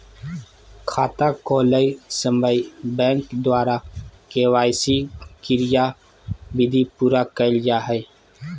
खाता खोलय समय बैंक द्वारा के.वाई.सी क्रियाविधि पूरा कइल जा हइ